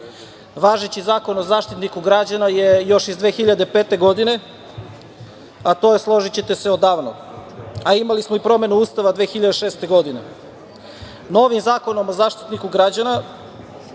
Važeći Zakon o Zaštitniku građana je još iz 2005. godine, a to je, složićete, odavno. Imali smo i promenu Ustava 2006. godine. Novim Zakonom o Zaštitniku građana